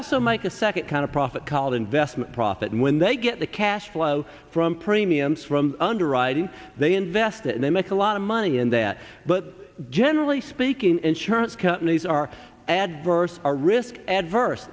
also make a second kind of profit called investment profit and when they get the cash flow from premiums from underwriting they invest and they make a lot of money in that but generally speaking insurance companies are adverse are risk adverse